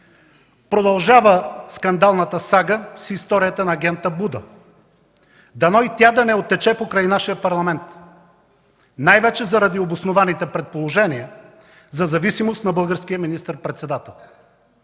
Продължава скандалната сага с историята на агента „Буда”. Дано и тя да не оттече покрай нашия Парламент, най-вече заради обоснованите предположения за зависимост на българския министър-председател.